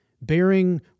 bearing